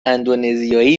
اندونزیایی